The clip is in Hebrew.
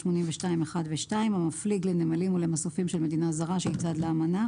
82(1) ו-(2) המפליג לנמלים או למסופים של מדינה זרה שהיא צד לאמנה,